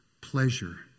pleasure